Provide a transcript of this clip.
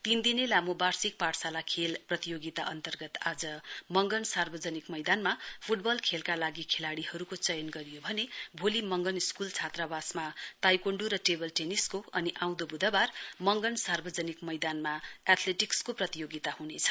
तीन दिने लामो वार्षिक पाठशाला खेल प्रतियोगिता अन्तर्गत आज मगन सार्वजनिक मैदान फुटबल खेलका लागि खेलाडीहरूको चयन गरियो भने भोलि मगनन स्कूल छात्रवासमा ताइकाण्डु र टेबल टेनिसको अनि आउँदो बुधबार मगन सार्वजनिक मैदानमा एथलेटिक्सको प्रतियोगिता हुनेछ